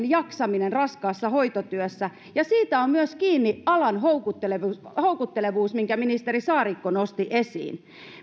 jaksaminen raskaassa hoitotyössä ja siitä on kiinni myös alan houkuttelevuus minkä ministeri saarikko nosti esiin